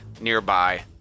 nearby